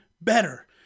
better